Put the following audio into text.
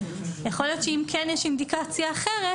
יכול להיות שאם כן יש אינדיקציה אחרת,